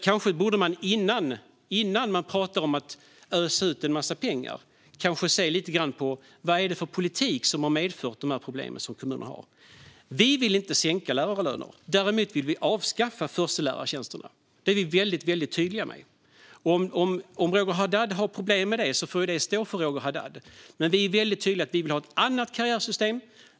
Kanske borde man innan man pratar om att ösa ut en massa pengar se lite grann på vad det är för politik som har medfört de problem som kommunerna har. Vi vill inte sänka lärarlönerna. Däremot vill vi avskaffa förstelärartjänsterna. Det är vi väldigt tydliga med. Om Roger Haddad har problem med det får det stå för honom. Vi är väldigt tydliga med att vi vill ha ett annat karriärsystem.